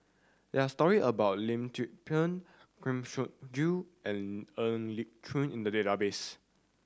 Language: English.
there are story about Lim Tze Peng Kang Siong Joo and Ng Li Chin in the database